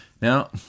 Now